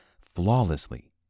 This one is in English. flawlessly